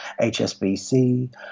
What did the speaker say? HSBC